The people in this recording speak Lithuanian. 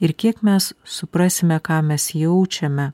ir kiek mes suprasime ką mes jaučiame